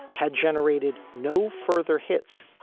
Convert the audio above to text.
had generated no further hits,